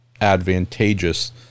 advantageous